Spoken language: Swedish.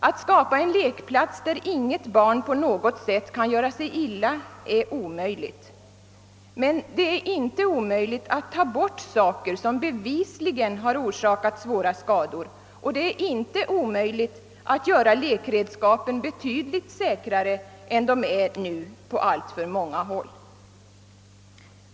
Att skapa en lekplats där inget barn på något sätt kan göra sig illa är omöjligt, men det är inte omöjligt att ta bort saker som bevisligen har orsakat stora skador, och det är inte omöjligt att göra lekredskapén betydligt säkrare än de nu är på alltför många håll.